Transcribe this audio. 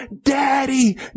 daddy